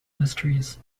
mysteries